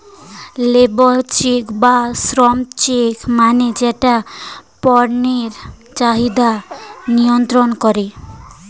labour check বা শ্রম check মানে যেটা পণ্যের চাহিদা নিয়ন্ত্রন করে